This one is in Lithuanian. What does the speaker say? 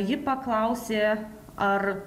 ji paklausė ar